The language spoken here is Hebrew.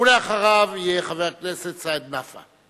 אחריו יהיה חבר הכנסת סעיד נפאע.